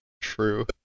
true